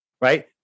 Right